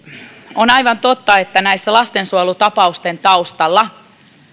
on aivan totta että lastensuojelutapausten taustalla